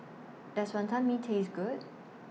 Does Wantan Mee Taste Good